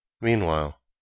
Meanwhile